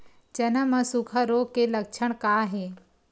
चना म सुखा रोग के लक्षण का हे?